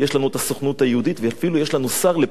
ואפילו יש לנו שר לפיתוח הנגב והגליל.